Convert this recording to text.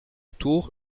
tour